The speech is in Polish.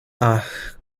ach